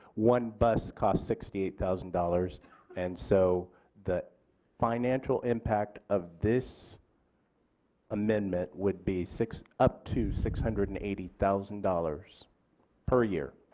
one bus cost sixty eight thousand dollars and so the financial impact of this amendment would be up to six hundred and eighty thousand dollars per year?